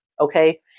okay